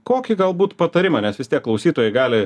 kokį galbūt patarimą nes vis tiek klausytojai gali